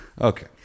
Okay